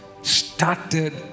started